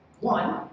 One